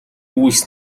үйлс